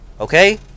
Okay